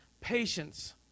patience